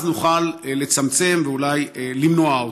אז נוכל לצמצם ואולי למנוע אותה.